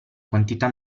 quantità